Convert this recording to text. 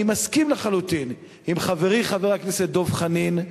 אני מסכים לחלוטין עם חברי חבר הכנסת דב חנין,